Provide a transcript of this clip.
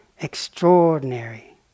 extraordinary